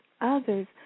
others